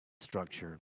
structure